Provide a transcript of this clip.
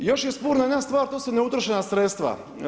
Još je sporna jedna stvar to su neutrošena sredstva.